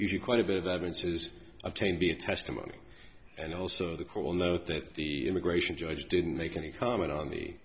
you quite a bit of evidence is obtained via testimony and also the call note that the immigration judge didn't make any comment on the